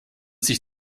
sich